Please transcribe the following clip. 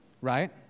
right